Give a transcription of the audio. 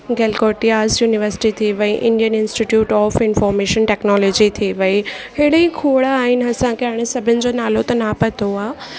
Galgotias university थी वेई Indian institute of information technology थी वेई अहिड़ी खोड़ आहिनि असांखे हाणे सभिनी जो नालो त न पतो आहे